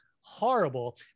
horrible